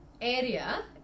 area